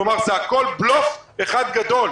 כלומר, זה הכול בלוף אחד גדול.